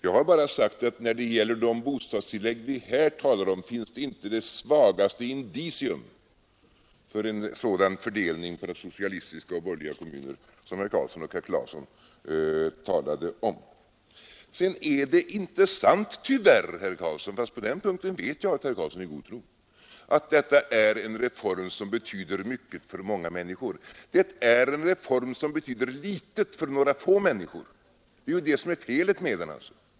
Jag har bara sagt att när det gäller de bostadstillägg som vi här diskuterar finns det inte det svagaste indicium för en sådan fördelning mellan socialistiska och borgerliga kommuner som herr Karlsson och herr Claeson talade om. Det är tyvärr inte heller sant — fast på den punkten vet jag att herr Karlsson är i god tro — att detta är en reform som betyder mycket för många människor. Det är en reform som betyder litet för några få människor. Det är det som är felet med den.